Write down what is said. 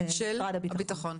של משרד הביטחון.